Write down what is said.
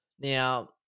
Now –